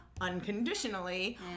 unconditionally